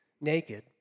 naked